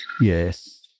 Yes